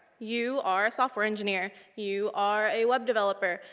you are a software engineer. you are a web developer.